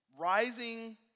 rising